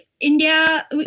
India